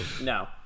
No